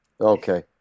okay